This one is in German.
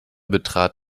betrat